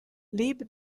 lebe